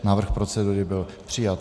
Návrh procedury byl přijat.